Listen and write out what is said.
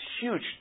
huge